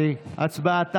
ההצבעה תמה.